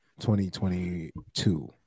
2022